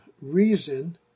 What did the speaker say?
reason